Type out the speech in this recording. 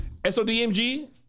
SODMG